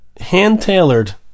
hand-tailored